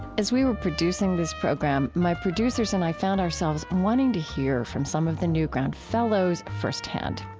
as we were producing this program, my producers and i found ourselves wanting to hear from some of the newground fellows firsthand.